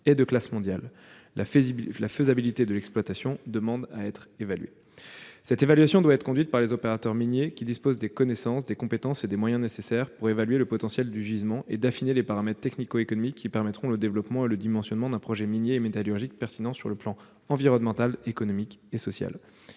est de classe mondiale. La faisabilité de son exploitation reste à évaluer. Cette opération doit être menée par les opérateurs miniers, qui disposent des connaissances, des compétences et des moyens nécessaires pour évaluer le potentiel du gisement et affiner les paramètres technico-économiques qui permettront le développement et le dimensionnement d'un projet minier et métallurgique pertinent sur les plans environnemental, économique et social.